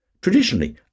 Traditionally